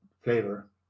flavor